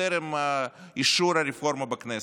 בטרם אישור הרפורמה בכנסת.